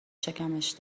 شکمش